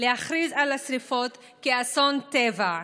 להכריז על השרפות כאסון טבע,